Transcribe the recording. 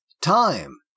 time